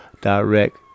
direct